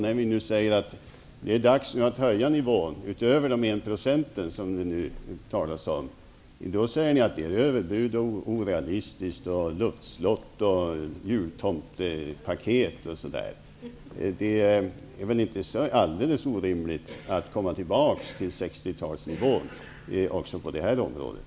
När vi nu tycker att det är dags att höja nivån utöver den procent som det nu är fråga om säger ni att det är orealistiskt, att det är en överbudspolitik och ni talar om luftslott och paket från jultomten osv. Det är väl inte alldeles orimligt att komma tillbaka till 60-talsnivån, också på det här området.